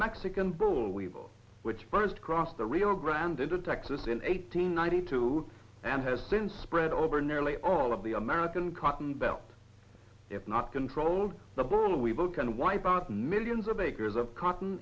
weevil which burns across the rio grande into texas in eighteen ninety two and has been spread over nearly all of the american cotton belt if not controlled the ball and we both can wipe out millions of acres of cotton